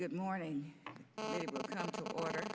good morning or